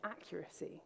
accuracy